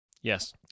Yes